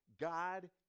God